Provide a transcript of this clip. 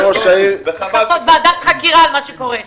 צריך ועדת חקירה על מה שקורה שם,